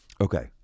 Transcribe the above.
okay